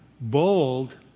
bold